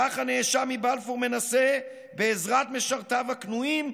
כך הנאשם מבלפור מנסה, בעזרת משרתיו הכנועים,